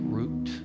root